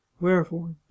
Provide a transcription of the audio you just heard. wherefore